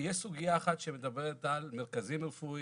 יש סוגייה אחת שמדברת על מרכזים רפואיים